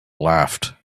laughed